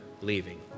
leaving